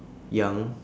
young